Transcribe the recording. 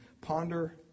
Ponder